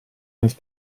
nel